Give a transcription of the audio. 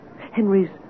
Henry's